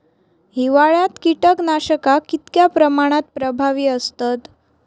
हिवाळ्यात कीटकनाशका कीतक्या प्रमाणात प्रभावी असतत?